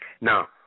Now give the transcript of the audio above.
Now